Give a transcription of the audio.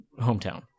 hometown